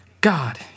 God